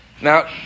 Now